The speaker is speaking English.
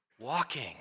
walking